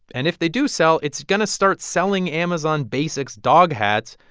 and if they do sell, it's going to start selling amazonbasics dog hats,